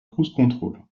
cruisecontrol